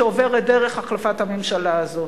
שעוברת דרך החלפת הממשלה הזאת.